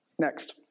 next